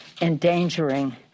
endangering